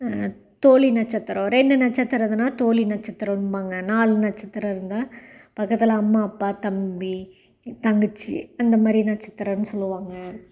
தோழி நட்சத்திரம் இரண்டு நட்சத்திரம் இருந்துன்னா தோழி நட்சத்திரம்பாங்க நாலு நட்சத்திரம் இருந்தால் பக்கத்தில் அம்மா அப்பா தம்பி தங்கச்சி அந்த மாதிரி நட்சத்திரம்ன்னு சொல்லுவாங்க